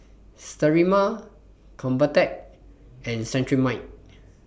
Sterimar Convatec and Cetrimide